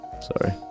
Sorry